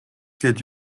гээд